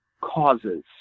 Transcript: causes